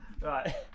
Right